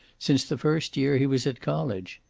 since the first year he was at college.